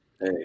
hey